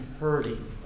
hurting